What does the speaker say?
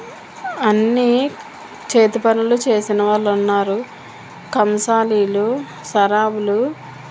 అన్నీ చేతి పనులు చేసిన వాళ్ళు ఉన్నారు కంసాలీలు సరాబులు